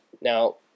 Now